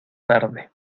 tarde